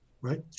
right